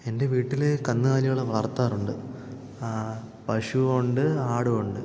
എൻ്റെ വീട്ടിൽ കന്നുകാലികളെ വളർത്താറുണ്ട് പശുവുണ്ട് ആടുമുണ്ട്